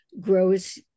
grows